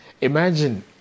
Imagine